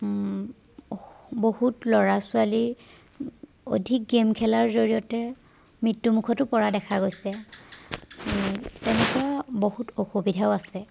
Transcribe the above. বহুত ল'ৰা ছোৱালী অধিক গে'ম খেলাৰ জৰিয়তে মৃত্যুমুখতো পৰা দেখা গৈছে তেনেকৈ বহুত অসুবিধাও আছে